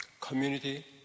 community